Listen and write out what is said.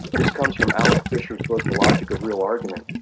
this comes from alec fisher's book, the logic of real argument,